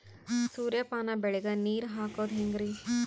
ಸೂರ್ಯಪಾನ ಬೆಳಿಗ ನೀರ್ ಹಾಕೋದ ಹೆಂಗರಿ?